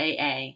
AA